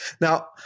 Now